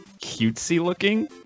cutesy-looking